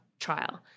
trial